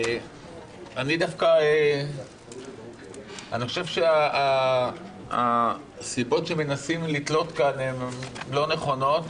אני חושב שהסיבות שמנסים לתלות כאן הן לא נכונות